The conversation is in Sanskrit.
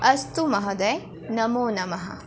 अस्तु महोदय नमो नमः